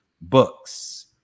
books